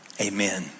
Amen